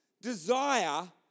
desire